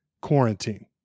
quarantine